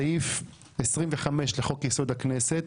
סעיף 25 לחוק יסוד: הכנסת,